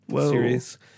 series